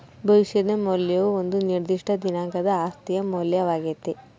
ಭವಿಷ್ಯದ ಮೌಲ್ಯವು ಒಂದು ನಿರ್ದಿಷ್ಟ ದಿನಾಂಕದ ಆಸ್ತಿಯ ಮೌಲ್ಯವಾಗ್ಯತೆ